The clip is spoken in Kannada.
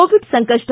ಕೋವಿಡ್ ಸಂಕಷ್ಟ